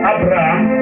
Abraham